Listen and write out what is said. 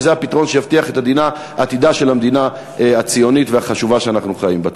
שזה הפתרון שיבטיח את עתידה של המדינה הציונית והחשובה שאנו חיים בה.